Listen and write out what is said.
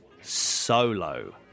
Solo